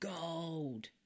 gold